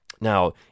Now